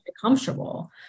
comfortable